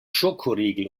schokoriegel